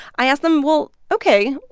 i asked them, well, ok.